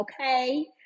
okay